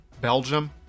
Belgium